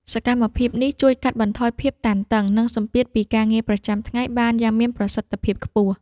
សកម្មភាពនេះជួយកាត់បន្ថយភាពតានតឹង និងសម្ពាធពីការងារប្រចាំថ្ងៃបានយ៉ាងមានប្រសិទ្ធភាពបំផុត។